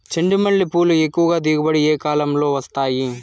చెండుమల్లి పూలు ఎక్కువగా దిగుబడి ఏ కాలంలో వస్తాయి